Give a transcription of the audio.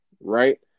Right